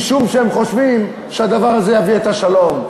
משום שהם חושבים שהדבר הזה יביא את השלום.